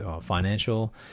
financial